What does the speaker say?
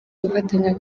gufatanya